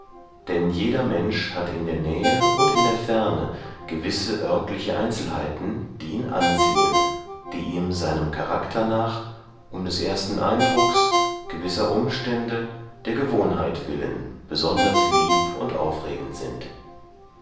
denn jeder mensch hat in der nähe und in der ferne gewisse örtliche einzelheiten die ihn anziehen die ihm seinem charakter nach um des ersten eindrucks gewisser umstände der gewohnheit willen besonders lieb und aufregend sind